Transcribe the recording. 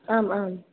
आम् आम्